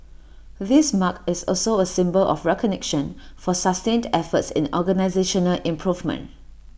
this mark is also A symbol of recognition for sustained efforts in organisational improvement